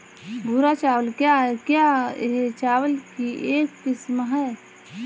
भूरा चावल क्या है? क्या यह चावल की एक किस्म है?